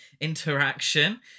interaction